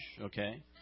okay